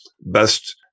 best